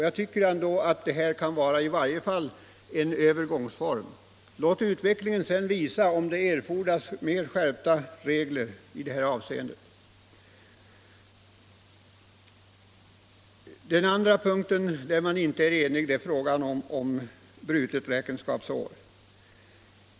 Jag tycker att detta ändå kan vara en övergångsform, låt sedan utvecklingen visa om ytterligare skärpta regler i det här avseendet fordras. En annan punkt där man inte är enig är frågan om brutet räkenskapsår.